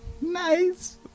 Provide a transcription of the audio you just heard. Nice